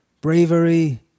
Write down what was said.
bravery